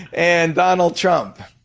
and donald trump.